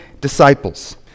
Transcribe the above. disciples